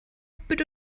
bitte